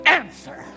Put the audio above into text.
answer